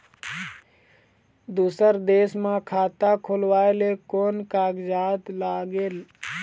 दूसर देश मा खाता खोलवाए ले कोन कागजात लागेल?